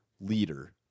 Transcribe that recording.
leader